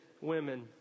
women